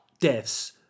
deaths